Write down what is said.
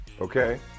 Okay